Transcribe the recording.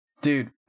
Dude